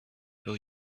will